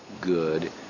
good